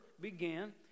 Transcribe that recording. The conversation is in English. began